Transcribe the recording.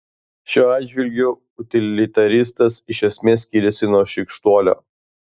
šiuo atžvilgiu utilitaristas iš esmės skiriasi nuo šykštuolio